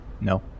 no